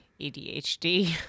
ADHD